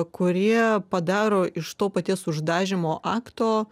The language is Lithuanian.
kurie padaro iš to paties uždažymo akto